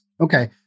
Okay